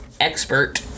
Expert